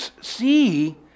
see